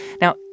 Now